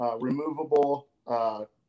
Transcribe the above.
removable